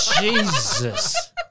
Jesus